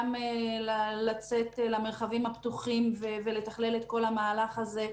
גם לצאת למרחבים הפתוחים ולתכלל את כל המהלך הזה.